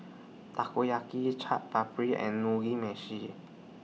Takoyaki Chaat Papri and Mugi Meshi